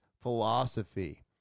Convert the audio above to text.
philosophy